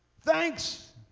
thanks